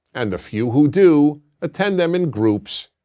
and the few who do attend them in groups,